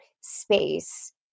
space